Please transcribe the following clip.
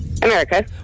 America